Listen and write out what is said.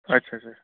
اچھا اچھا